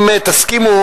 אם תסכימו,